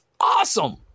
awesome